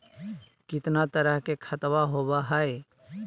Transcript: कितना तरह के खातवा होव हई?